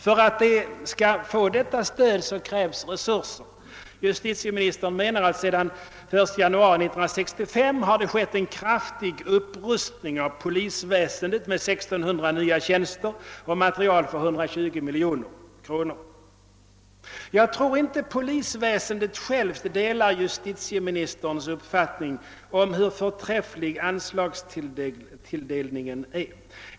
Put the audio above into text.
För att de skall få detta stöd krävs resurser. Justitieministern framhåller att det sedan den 1 januari 1965 har skett en kraftig upprustning av polisväsendet med 1600 nya tjänster och materiel för 120 miljoner kronor. Jag tror inte polisväsendet självt delar justitieministerns uppfattning om hur förträfflig anslagstilldelningen är.